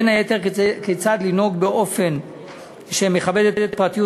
בין היתר כיצד לנהוג באופן שמכבד את פרטיות